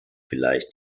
vielleicht